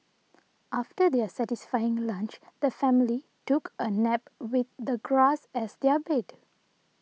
after their satisfying lunch the family took a nap with the grass as their bed